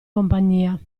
compagnia